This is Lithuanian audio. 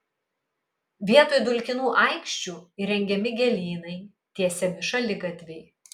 vietoj dulkinų aikščių įrengiami gėlynai tiesiami šaligatviai